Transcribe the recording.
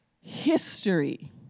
history